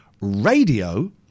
RADIO